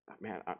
man